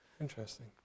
Interesting